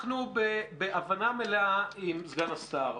אנחנו בהבנה מלאה עם סגן השר.